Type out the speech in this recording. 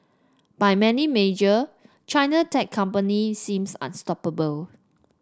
by many measure China tech company seems unstoppable